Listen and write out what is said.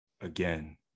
again